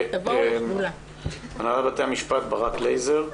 ברק לייזר מהנהלת בתי המשפט, בבקשה.